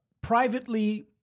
privately